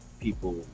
people